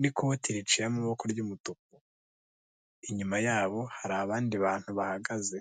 n'ikoti riciye amaboko ry'umutuku, inyuma yabo hari abandi bantu bahagaze.